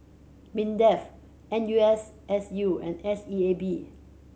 MINDEF N U S S U and S E A B